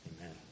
Amen